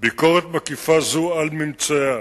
ביקורת מקיפה זו, על ממצאיה,